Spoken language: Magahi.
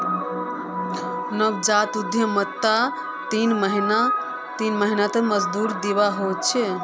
नवजात उद्यमितात तीन महीनात मजदूरी दीवा ह छे